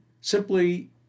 simply